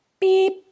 beep